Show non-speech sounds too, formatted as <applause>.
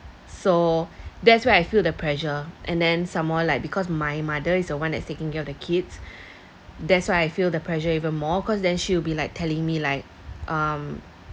so that's where I feel the pressure and then some more like because my mother is the one that's taking care of the kids <breath> that's why I feel the pressure even more cause then she'll be like telling me like um